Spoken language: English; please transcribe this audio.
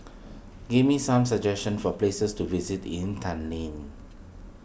give me some suggestions for places to visit in Tallinn